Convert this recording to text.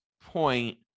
point